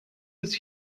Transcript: was